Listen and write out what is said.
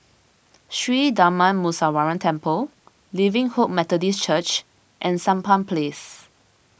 Sri Darma Muneeswaran Temple Living Hope Methodist Church and Sampan Place